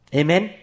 amen